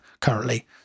currently